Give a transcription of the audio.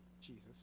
Jesus